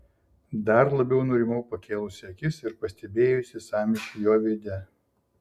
dar labiau nurimau pakėlusi akis ir pastebėjusi sąmyšį jo veide